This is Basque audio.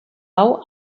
hau